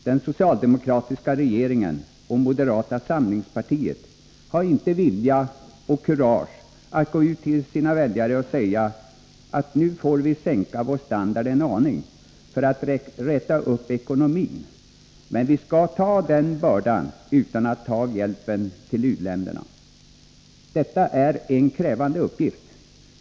Den socialdemokratiska regeringen och moderata samlingspartiet har inte vilja och kurage att gå ut till sina väljare och säga: Nu får vi sänka vår standard en aning för att rätta till ekonomin, men vi skall ta den bördan utan att ta av hjälpen till u-länderna. Detta är en krävande uppgift.